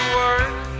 work